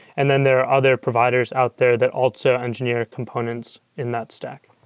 and then there are other providers out there that also engineer components in that stack.